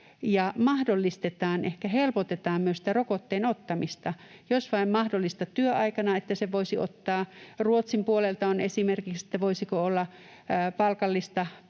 ja mahdollistetaan, ehkä myös helpotetaan sitä rokotteen ottamista, niin että jos vain mahdollista, työaikana sen voisi ottaa. Ruotsin puolelta on esimerkki, voisiko olla palkallista